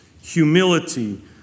humility